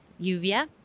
Yuvia